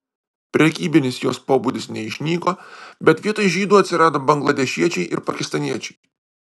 prekybinis jos pobūdis neišnyko bet vietoj žydų atsirado bangladešiečiai ir pakistaniečiai